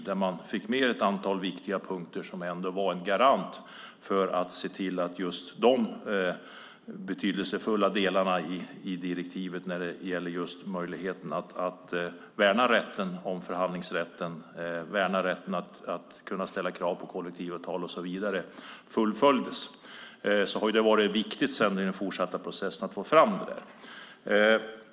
Där fick man med ett antal punkter som var en garant för att se till att de betydelsefulla delarna i direktivet, nämligen möjligheten att värna omförhandlingsrätten, värna rätten att ställa krav på kollektivavtal och så vidare, fullföljdes. Det har sedan varit viktigt i den fortsatta processen att få fram detta.